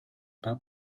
pas